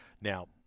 Now